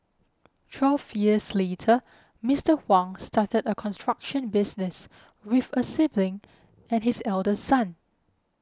twelve years later Mister Huang started a construction business with a sibling and his eldest son